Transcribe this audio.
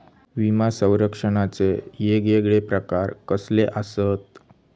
विमा सौरक्षणाचे येगयेगळे प्रकार कसले आसत?